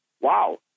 Wow